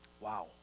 Wow